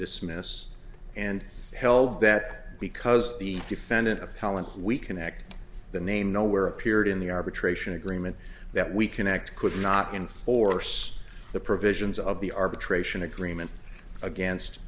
dismiss and held that because the defendant appellant we connect the name nowhere appeared in the arbitration agreement that we connect could not enforce the provisions of the arbitration agreement against